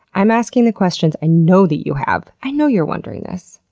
i'm asking the questions i know that you have. i know you're wondering this!